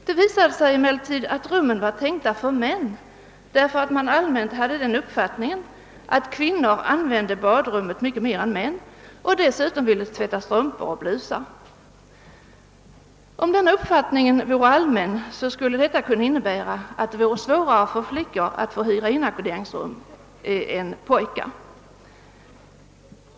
Det visade sig emellertid att rummen var avsedda för män, och anledningen härtill var att man allmänt hade den uppfattningen att kvinnor skulle använda badrummet mycket mer än männen och dessutom där vill tvätta strumpor och blusar. Om denna uppfattning är allmän, skulle det kunna innebära att det är svårare för flickor att hyra inackorderingsrum än vad det är för pojkar.